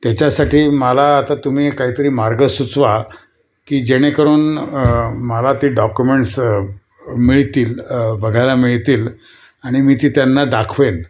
त्याच्यासाठी मला आता तुम्ही काहीतरी मार्ग सुचवा की जेणेकरून मला ते डॉकुमेंट्स मिळतील बघायला मिळतील आणि मी ती त्यांना दाखवेन